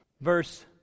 verse